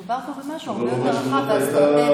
מדובר פה במשהו הרבה יותר רחב ואסטרטגי.